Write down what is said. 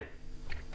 כן.